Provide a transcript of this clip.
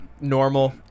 normal